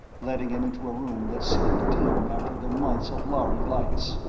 letting him into a room that seemed dim after the months of lhari lights.